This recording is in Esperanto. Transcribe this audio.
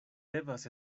devas